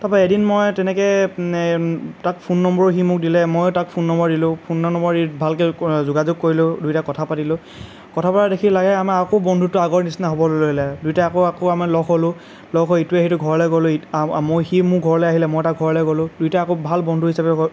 তাৰ পৰা এদিন মই তেনেকৈ তাক ফোন নম্বৰ সি মোক দিলে ময়ো তাক ফোন নম্বৰ দিলোঁ ফোনৰ নম্বৰ দি ভালকৈ যোগাযোগ কৰিলোঁ দুইটা কথা পাতিলোঁ কথা পতা দেখি লাগে আমাৰ আকৌ বন্ধুত্ব আগৰ নিচিনা হ'বলৈ ধৰিলে দুইটা আকৌ আকৌ আমি লগ হ'লোঁ লগ হৈ ইটোৱে সিটোৰ ঘৰলৈ গ'লোঁ ই মই সি মোৰ ঘৰলৈ আহিলে মই তাৰ ঘৰলৈ গ'লোঁ দুইটা আকৌ ভাল বন্ধু হিচাপে